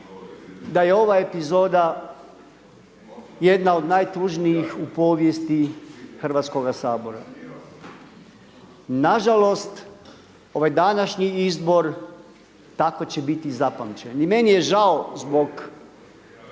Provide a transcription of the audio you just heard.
da je ova epizoda jedna od najtužnijih u povijesti Hrvatskoga sabora. Na žalost ovaj današnji izbor tako će biti i zapamćen. I meni je žao zbog